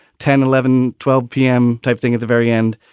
ten, eleven, twelve p m. type thing at the very end.